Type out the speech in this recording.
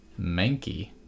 Manky